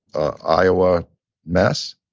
iowa mess.